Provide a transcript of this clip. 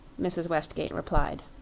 mrs. westgate replied.